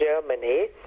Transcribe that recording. Germany